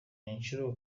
n’ishuri